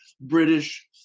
British